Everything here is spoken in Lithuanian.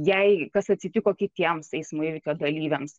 jei kas atsitiko kitiems eismo įvykio dalyviams